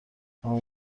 همون